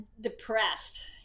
depressed